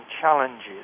challenges